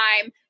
time